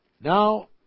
now